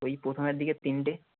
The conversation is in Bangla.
ওই প্রথমের দিকের তিনটে